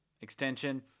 extension